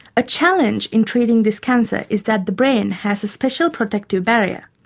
a challenge in treating this cancer is that the brain has a special protective barrier.